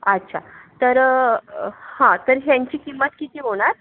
अच्छा तर हा तर ह्यांची किंमत किती होणार